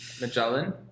Magellan